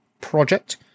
project